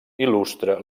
il·lustra